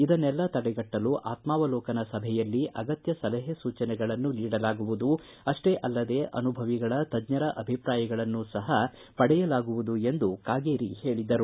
ಇದನ್ನೆಲ್ಲ ತಡೆಗಟ್ಟಲು ಆತ್ಮಾವಲೋಕನ ಸಭೆಯಲ್ಲಿ ಅಗತ್ತ ಸಲಹೆ ಸೂಚನೆಗಳನ್ನು ನೀಡಲಾಗುವುದು ಅಷ್ಟೇ ಅಲ್ಲದೇ ಅನುಭವಿಗಳ ತಜ್ಞರ ಅಭಿಪ್ರಾಯಗಳನ್ನು ಸಹ ಪಡೆಯಲಾಗುವುದು ಎಂದು ಕಾಗೇರಿ ಹೇಳದರು